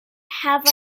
have